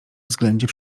względzie